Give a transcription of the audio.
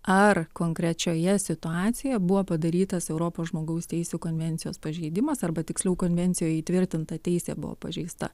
ar konkrečioje situacijoje buvo padarytas europos žmogaus teisių konvencijos pažeidimas arba tiksliau konvencijoje įtvirtinta teisė buvo pažeista